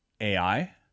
AI